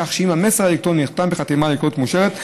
כך שאם המסר האלקטרוני נחתם בחתימה אלקטרונית מאושרת,